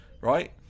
right